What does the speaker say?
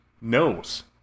knows